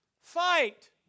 Fight